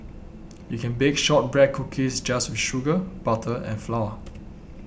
you can bake Shortbread Cookies just with sugar butter and flour